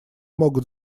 могут